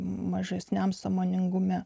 mažesniam sąmoningume